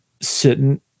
sitting